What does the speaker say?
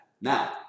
now